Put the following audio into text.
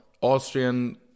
Austrian